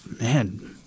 man